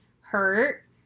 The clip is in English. hurt